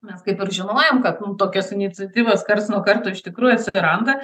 mes kaip ir žinojom kad tokios iniciatyvos karts nuo karto iš tikrųjų atsiranda